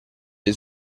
dei